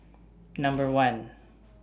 Number one